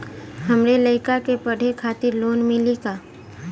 हमरे लयिका के पढ़े खातिर लोन मिलि का?